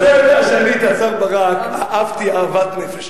אתה יודע שאת השר ברק אהבתי אהבת נפש.